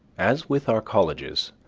as with our colleges,